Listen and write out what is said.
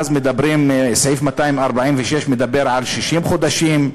סעיף 246 מדבר על 60 חודשים,